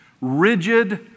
rigid